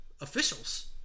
officials